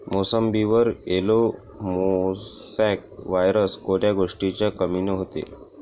मोसंबीवर yellow mosaic virus कोन्या गोष्टीच्या कमीनं होते?